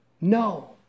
No